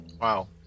Wow